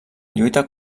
lluita